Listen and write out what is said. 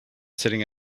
sitting